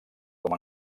com